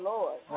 Lord